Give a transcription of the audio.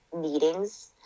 meetings